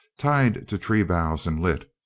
tied to tree boughs and lit,